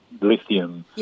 lithium